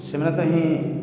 ସେମାନେ ତ ହିଁ